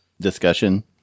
Discussion